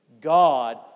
God